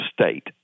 state